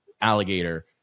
alligator